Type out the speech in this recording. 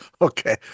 Okay